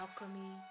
alchemy